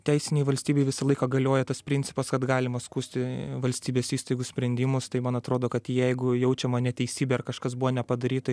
teisinėj valstybėj visą laiką galioja tas principas kad galima skųsti valstybės įstaigų sprendimus tai man atrodo kad jeigu jaučiama neteisybė ar kažkas buvo nepadaryta